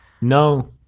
No